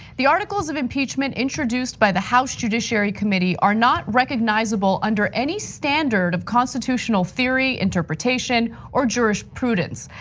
the articles of impeachment introduced by the house judiciary committee are not recognizable under any standard of constitutional theory, interpretation, or jurisprudence.